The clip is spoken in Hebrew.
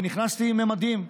ונכנסתי עם מדים,